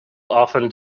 often